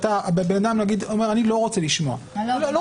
בן אדם למשל אומר: אני לא רוצה לשמוע תעמולה.